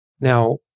Now